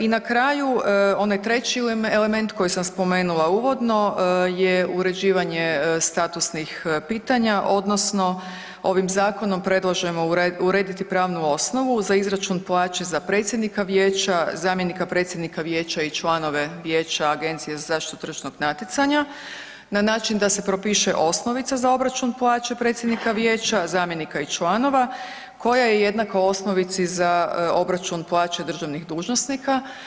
I na kraju, onaj treći element koji sam spomenula uvodno je uređivanje statusnih pitanja, odnosno ovim zakonom predlažemo urediti pravnu osnovu za izračun plaće za predsjednika vijeća, zamjenika predsjednika vijeća i članove Vijeća AZTN-a na način da se propiše osnovica za obračun plaće predsjednika vijeća, zamjenika i članova koja je jednaka osnovici za obračun plaće državnih dužnosnika.